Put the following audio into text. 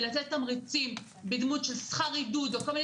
לתת תמריצים בדמות של שכר עידוד או כל מיני